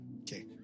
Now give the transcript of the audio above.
Okay